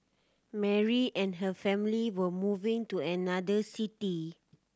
Mary and her family were moving to another city